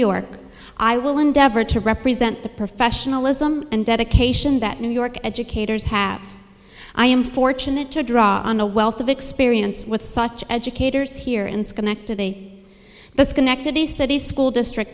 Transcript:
york i will endeavor to represent the professionalism and dedication that new york educators hats i am fortunate to draw on a wealth of experience with such educators here in schenectady the schenectady city school district